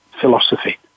philosophy